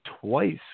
twice